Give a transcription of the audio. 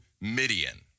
Midian